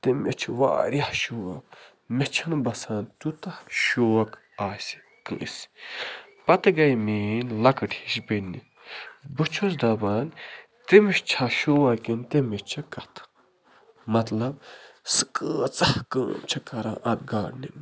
تہٕ مےٚ چھِ واریاہ شوق مےٚ چھَنہٕ بَسان تیوٗتاہ شوق آسہِ کٲنٛسہِ پتہٕ گٔے مین لۄکٕٹ ہِش بیٚنہِ بہٕ چھُس دَپان تٔمِس چھا شوق کِنۍ تٔمِس چھِ کَتھٕ مطلب سُہ کۭژاہ کٲم چھِ کَران اَتھ گاڈنِنٛگ منٛز